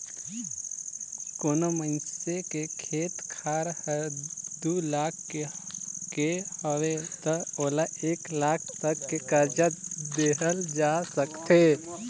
कोनो मइनसे के खेत खार हर दू लाख के हवे त ओला एक लाख तक के करजा देहल जा सकथे